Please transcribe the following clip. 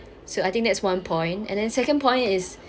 so I think that's one point and then second point is